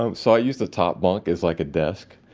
um so, i use the top bunk as like a desk,